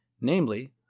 namely